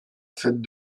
fête